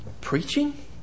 preaching